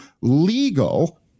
legal